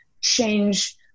change